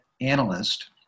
analyst